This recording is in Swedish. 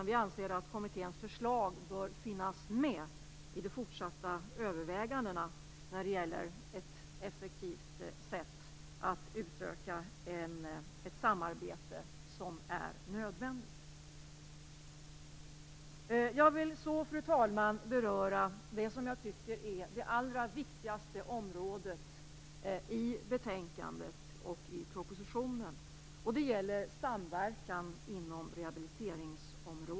Vi anser att kommitténs förslag bör finnas med i de fortsatta övervägandena när det gäller att på ett effektivt sätt utöka det nödvändiga samarbetet. Fru talman! Jag vill nu beröra det allra viktigaste området i betänkandet och propositionen. Det gäller samverkan inom rehabiliteringsområdet.